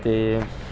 ते